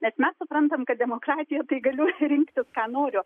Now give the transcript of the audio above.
bet mes suprantam kad demokratija tai galiu rinktis ką noriu